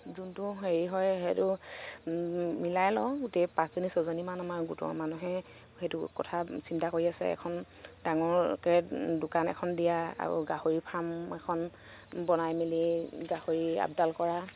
যোনটো হেৰি হয় সেইটো মিলাই লওঁ গোটেই পাঁচজনী ছজনীমান আমাৰ গোটৰ মানুহে সেইটো কথা চিন্তা কৰি আছে এখন ডাঙৰকৈ দোকান এখন দিয়া আৰু গাহৰি ফাৰ্ম এখন বনাই মেলি গাহৰি আপডাল কৰা